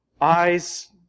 eyes